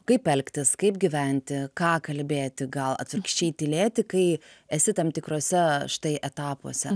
kaip elgtis kaip gyventi ką kalbėti gal atvirkščiai tylėti kai esi tam tikruose štai etapuose